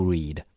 Read